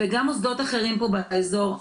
וגם מוסדות אחרים פה באזור,